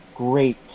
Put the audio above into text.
Great